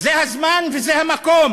זה הזמן וזה המקום